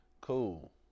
Cool